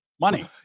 Money